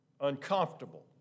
uncomfortable